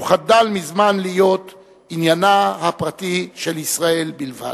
שהוא חדל מזמן להיות עניינה הפרטי של ישראל בלבד.